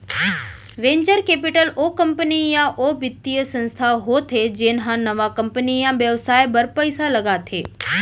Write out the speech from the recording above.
venture capital ओ company या ओ बित्तीय संस्था होथे जेन ह नवा कंपनी या बेवसाय बर पइसा लगाथे